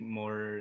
more